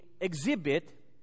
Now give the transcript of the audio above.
exhibit